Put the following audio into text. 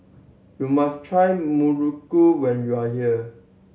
you must try muruku when you are here